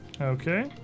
Okay